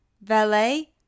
Valet